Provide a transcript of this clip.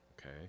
okay